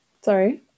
Sorry